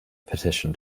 petition